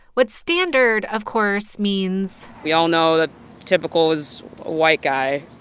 what standard, of course, means. we all know that typical is a white guy